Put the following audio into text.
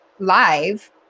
live